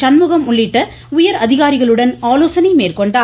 சண்முகம் உள்ளிட்ட உயர் அதிகாரிகளுடன் ஆலோசனை மேற்கொண்டார்